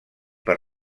per